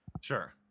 Sure